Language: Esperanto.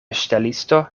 ŝtelisto